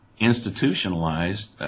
institutionalized